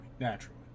naturally